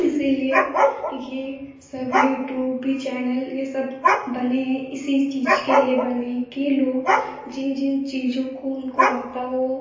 इसीलिए यह सब यूटूब भी चैनल यह सब बने हैं इसी चीज़ के लिए बने हैं कि लोग जिन जिन चीज़ों को उनको आता हो